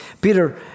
Peter